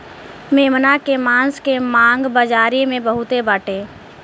मेमना के मांस के मांग बाजारी में बहुते बाटे